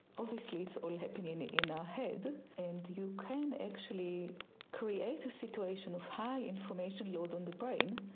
obviously it's all happening in our head, and you can actually create a situation of high information load on the brain,